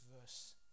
verse